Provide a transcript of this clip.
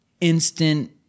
instant